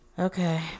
Okay